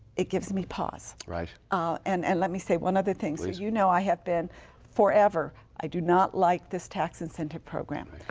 it gives me pause. ah and and let me say one other thing. so you know i have been forever i do not like this tax incentive program.